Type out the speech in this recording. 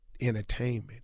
entertainment